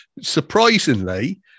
surprisingly